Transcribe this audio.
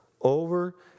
Over